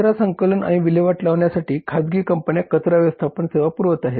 कचरा संकलन आणि विल्हेवाट लावण्यासाठी खाजगी कंपन्या कचरा व्यवस्थापन सेवा पुरवत आहेत